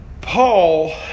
Paul